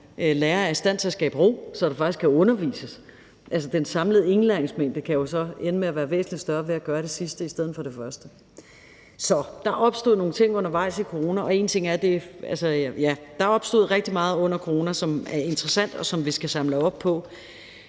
lærer er i stand til at skabe ro, så der faktisk kan undervises. Den samlede indlæringsmængde kan jo så ende med at være væsentlig større ved at gøre det sidste i stedet for det første. Så der er opstået rigtig meget under coronaen, som er interessant, og som vi skal samle op på. Det,